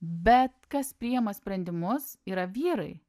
bet kas priima sprendimus yra vyrai